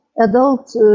adult